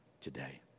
today